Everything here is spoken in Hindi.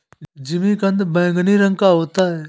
जिमीकंद बैंगनी रंग का होता है